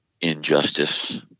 injustice